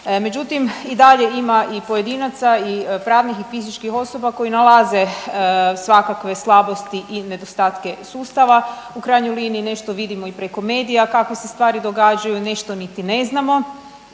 međutim i dalje ima i pojedinaca i pravnih i fizičkih osoba koji nalaze svakakve slabosti i nedostatke sustava, u krajnjoj liniji nešto vidimo i preko medija kakve se stvari događaju, nešto niti ne znamo,